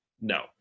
No